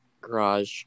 garage